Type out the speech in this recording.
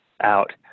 out